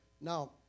Now